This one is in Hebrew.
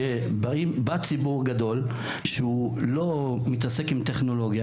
שבא ציבור גדול שהוא לא מתעסק עם טכנולוגיה,